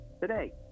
Today